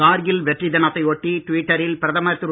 கார்கில் வெற்றி தினத்தை ஒட்டி டிவிட்டரில் பிரதமர் திரு